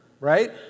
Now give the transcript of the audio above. right